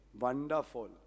Wonderful